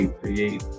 create